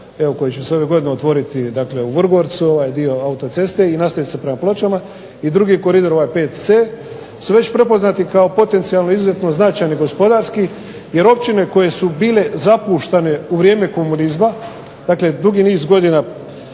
koji će se ove godine otvoriti u Vrgorcu ovaj dio autoceste i nastavit se prema Pločama, i drugi koridor ovaj 5C su već prepoznati kao potencijalno izuzetno značajni gospodarski. Jer općine koje su bile zapuštane u vrijeme komunizma, dakle dugi niz godina